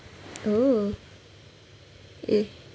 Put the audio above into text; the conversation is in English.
oh eh